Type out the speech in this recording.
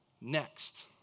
next